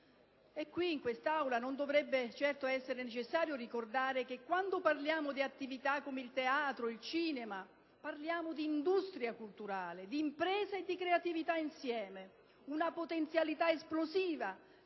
dolore? In quest'Aula non dovrebbe essere certo necessario ricordare che quando parliamo di attività come il teatro e il cinema parliamo di industria culturale, di impresa e creatività insieme, una potenzialità esplosiva